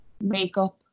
makeup